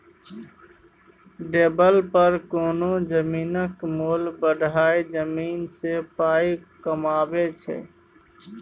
developer कोनो जमीनक मोल बढ़ाए जमीन सँ पाइ कमाबै छै